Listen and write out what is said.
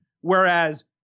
Whereas